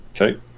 Okay